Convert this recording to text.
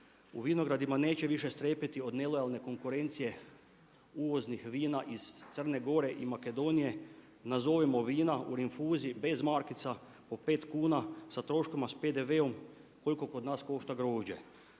u vinogradima, neće više strepiti od nelojalne konkurencije uvoznih vina iz Crne Gore i Makedonije, nazovimo vina, u rinfuzi bez markica po pet kuna sa troškovima, s PDV-om koliko kod nas košta grožđe.